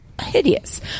Hideous